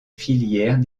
filières